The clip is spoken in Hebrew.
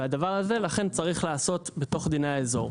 והדבר הזה, לכן, צריך להיעשות בתוך דיני האזור.